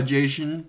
Jason